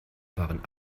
waren